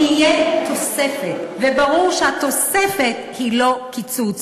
תהיה תוספת, וברור שהתוספת היא לא קיצוץ.